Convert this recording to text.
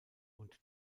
und